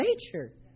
nature